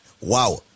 Wow